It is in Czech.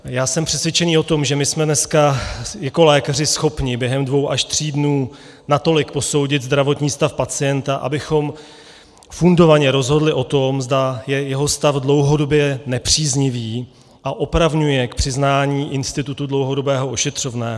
Já jsem přesvědčen o tom, že my jsme jako lékaři schopni během dvou až tří dnů natolik posoudit zdravotní stav pacienta, abychom fundovaně rozhodli o tom, zda je jeho stav dlouhodobě nepříznivý a opravňuje k přiznání institutu dlouhodobého ošetřovného.